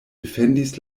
defendis